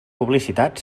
publicitat